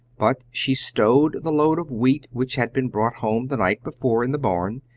but she stowed the load of wheat which had been brought home the night before in the barn,